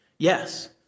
Yes